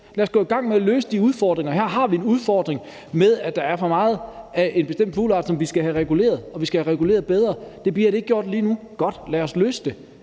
Lad os gå i gang med at løse de udfordringer. Her har vi en udfordring med, at der er for mange af en bestemt fugleart, som vi skal have reguleret, og som vi skal have reguleret bedre. Det bliver det ikke gjort lige nu – godt, lad os løse det.